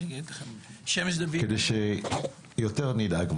כדי שיותר נדאג,